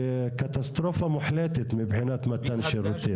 וקטסטרופה מוחלטת מבחינת מתן שירותים.